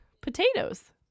potatoes